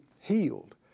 healed